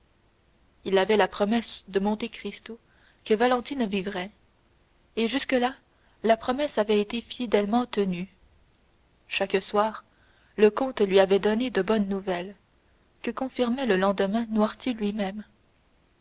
il avait la promesse de monte cristo que valentine vivrait et jusque-là la promesse avait été fidèlement tenue chaque soir le comte lui avait donné de bonnes nouvelles que confirmait le lendemain noirtier lui-même